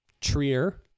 Trier